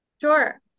Sure